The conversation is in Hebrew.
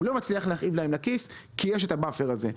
הוא לא מצליח להכאיב להם בכיס כי יש הבאפר הזה.